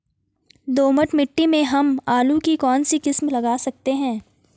दोमट मिट्टी में हम आलू की कौन सी किस्म लगा सकते हैं?